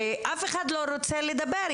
אף אחד לא רוצה לדבר.